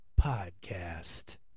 Podcast